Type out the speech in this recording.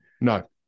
No